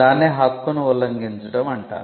దాన్నే హక్కును ఉల్లంఘించడం అంటారు